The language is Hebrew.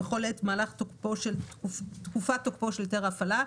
בכל עת במהלך תקופת תוקפו של היתר הפעלה,